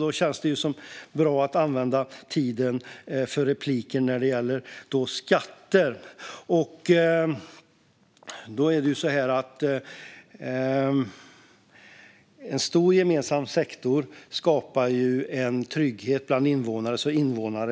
Därför känns det bra att använda repliktiden till just skatter. En stor gemensam sektor skapar en trygghet bland invånarna så att